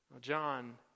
John